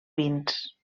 vins